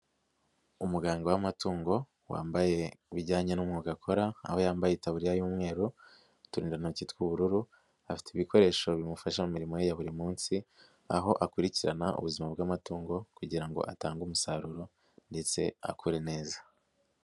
Umuganga w'amatungo wambaye ibijyanye n'umwuga akora, aho yambaye: itaburiya y'umweru, uturindantoki tw'ubururu, afite ibikoresho bimufasha mu mirimo ye ya buri munsi, aho akurikirana ubuzima bw'amatungo kugira ngo atange umusaruro ndetse akure neza.